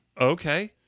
Okay